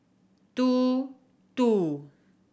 two two